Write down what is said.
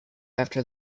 after